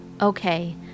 Okay